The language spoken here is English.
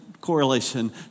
correlation